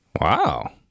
wow